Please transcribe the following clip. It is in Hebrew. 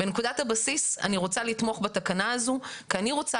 בנקודת הבסיס אני רוצה לתמוך בתקנה הזאת כי אני רוצה